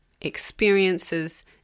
experiences